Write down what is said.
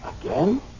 Again